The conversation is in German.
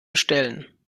stellen